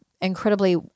incredibly